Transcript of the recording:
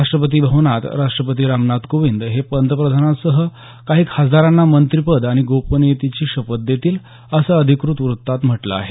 राष्ट्रपती भवनात राष्ट्रपती रामनाथ कोविंद हे पंतप्रधानांसह काही खासदारांना मंत्रिपद आणि गोपनीयतेची शपथ देतील असं अधिकृत वृत्तात म्हटलं आहे